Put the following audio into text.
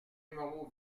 numéro